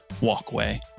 walkway